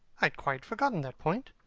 i had quite forgotten that point.